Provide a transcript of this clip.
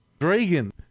Dragon